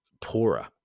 poorer